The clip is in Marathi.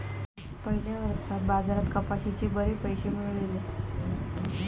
पयल्या वर्सा बाजारात कपाशीचे बरे पैशे मेळलले